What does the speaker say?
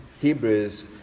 Hebrews